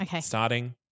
starting